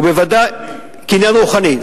קניין רוחני.